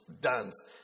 dance